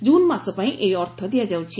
June ମାସପାଇଁ ଏହି ଅର୍ଥ ଦିଆଯାଉଛି